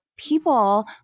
People